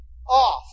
off